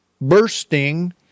bursting